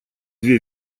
две